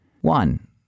One